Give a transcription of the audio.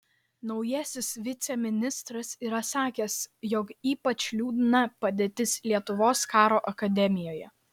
naujasis viceministras yra sakęs jog ypač liūdna padėtis lietuvos karo akademijoje